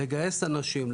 לגייס אנשים,